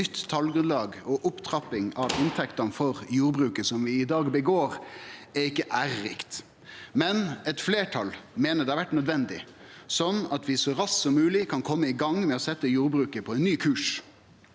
nytt talgrunnlag og opptrapping av inntektene for jordbruket, som vi i dag gjer, er ikkje ærerikt. Men eit fleirtal meiner det har vore nødvendig, sånn at vi så raskt som mogleg kan kome i gang med å setje jordbruket på ein ny kurs.